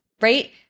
right